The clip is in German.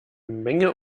menge